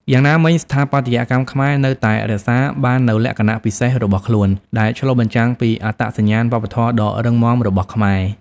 យ៉ាងណាមិញ ស្ថាបត្យកម្មខ្មែរនៅតែរក្សាបាននូវលក្ខណៈពិសេសរបស់ខ្លួន ដែលឆ្លុះបញ្ចាំងពីអត្តសញ្ញាណវប្បធម៌ដ៏រឹងមាំរបស់ខ្មែរ។